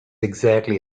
exactly